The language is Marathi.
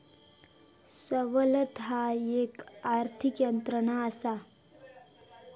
सवलत ह्या एक आर्थिक यंत्रणा असा